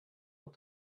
not